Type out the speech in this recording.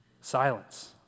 silence